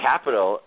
Capital